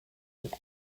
into